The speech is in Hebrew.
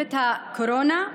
מגפת הקורונה,